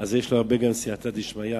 אז יש לו הרבה סייעתא דשמיא,